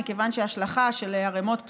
כדי להביא כנאפה לצעירים.